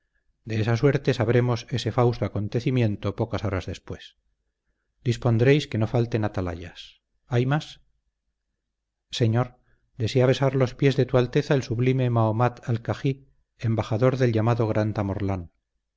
de esa suerte sabremos ese fausto acontecimiento pocas horas después dispondréis que no falten atalayas hay más señor desea besar los pies de tu alteza el sublime mahomat alcagí embajador del llamado gran